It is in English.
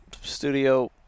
Studio